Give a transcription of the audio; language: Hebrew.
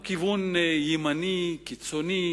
הוא כיוון ימני קיצוני,